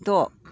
द'